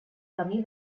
camí